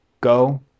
Go